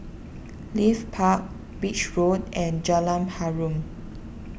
Leith Park Beach Road and Jalan Harum